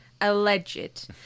Alleged